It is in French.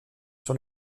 sur